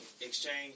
exchange